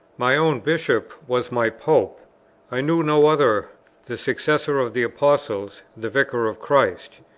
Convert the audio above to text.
my own bishop was my pope i knew no other the successor of the apostles, the vicar of christ.